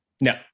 No